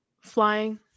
Flying